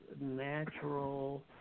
natural